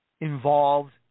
involved